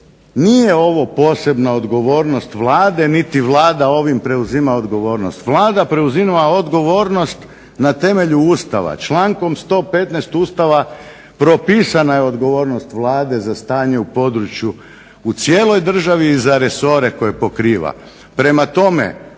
nije ovo posebna odgovornost vlade niti Vlada ovim ne preuzima odgovornost. Vlada preuzima odgovornost na temelju Ustava, člankom 115. Ustava propisana je odgovornost Vlade za stanje u području u cijeloj državi i za resore koje pokriva.